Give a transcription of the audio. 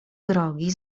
drogi